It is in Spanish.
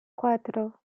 cuatro